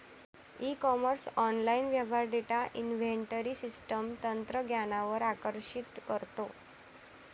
E commerce online व्यवहार data inventory system तंत्रज्ञानावर आकर्षित करतो